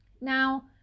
Now